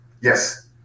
Yes